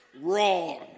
wrong